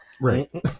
Right